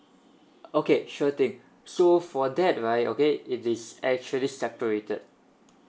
okay sure thing so for that right okay it is actually separated